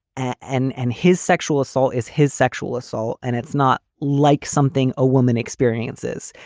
and and his sexual assault is his sexual assault. and it's not like something a woman experiences.